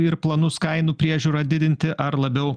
ir planus kainų priežiūrą didinti ar labiau